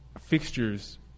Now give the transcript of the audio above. fixtures